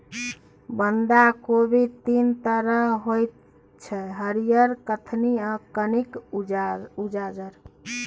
बंधा कोबी तीन तरहक होइ छै हरियर, कत्थी आ कनिक उज्जर